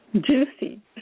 Juicy